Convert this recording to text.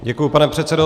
Děkuji, pane předsedo.